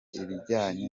ibijyanye